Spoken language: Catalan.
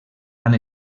han